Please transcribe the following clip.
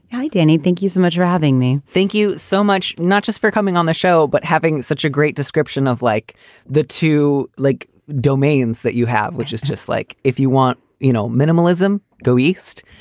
hi, danny. thank you so much for having me. thank you so much. not just for coming on the show, but having such a great description of like the two like domains that you have, which is just like if you want, you know, minimalism, go east,